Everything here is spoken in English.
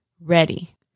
ready